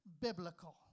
biblical